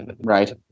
Right